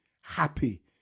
happy